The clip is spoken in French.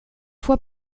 fois